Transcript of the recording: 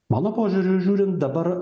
mano požiūriu žiūrint dabar